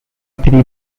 three